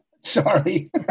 Sorry